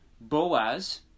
Boaz